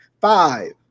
Five